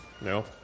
No